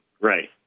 right